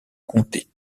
comtés